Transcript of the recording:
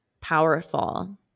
powerful